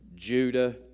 Judah